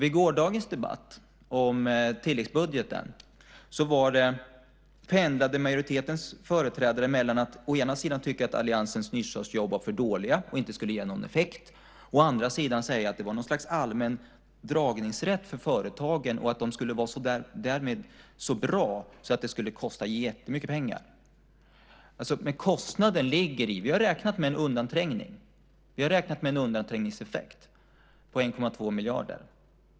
I gårdagens debatt om tilläggsbudgeten pendlade majoritetens företrädare mellan att å ena sidan tycka att alliansens nystartsjobb var för dåliga och inte skulle ge någon effekt och å andra sidan säga att det var något slags allmän dragningsrätt för företagen och att det därmed skulle vara så bra att det skulle kosta jättemycket pengar. Vi har räknat med en undanträngningseffekt på 1,2 miljarder.